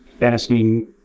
asking